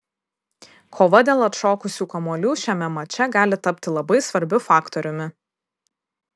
kova dėl atšokusių kamuolių šiame mače gali tapti labai svarbiu faktoriumi